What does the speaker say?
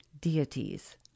deities